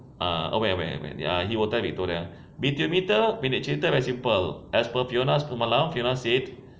ah aware aware aware ya he will tell victoria B_T meter punya cerita very simple as per fiona's permalas fiona said